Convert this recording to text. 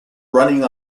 running